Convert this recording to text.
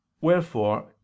wherefore